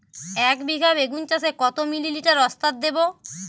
একবিঘা বেগুন চাষে কত মিলি লিটার ওস্তাদ দেবো?